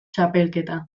txapelketa